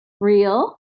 real